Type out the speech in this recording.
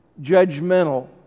judgmental